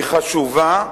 היא חשובה,